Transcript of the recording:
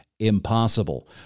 Impossible